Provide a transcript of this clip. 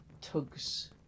tugs